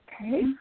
Okay